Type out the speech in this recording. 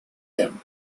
him